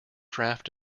draught